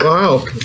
Wow